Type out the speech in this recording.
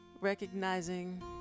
recognizing